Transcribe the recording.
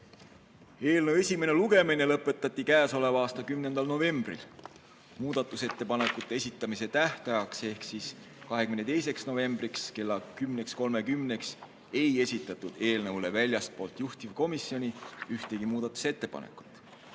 esimene lugemine lõpetati k.a 10. novembril. Muudatusettepanekute esitamise tähtajaks ehk 22. novembriks kella 10.30‑ks ei esitatud eelnõule väljastpoolt juhtivkomisjoni ühtegi muudatusettepanekut.